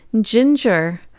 Ginger